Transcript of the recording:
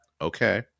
okay